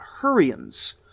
Hurrians